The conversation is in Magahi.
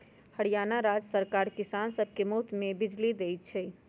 हरियाणा राज्य सरकार किसान सब के मुफ्त में बिजली देई छई